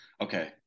Okay